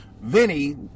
Vinny